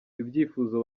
ibyifuzo